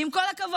ועם כל הכבוד,